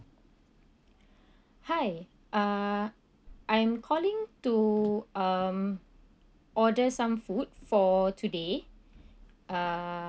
hi uh I'm calling to um order some food for today uh